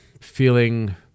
feeling